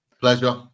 pleasure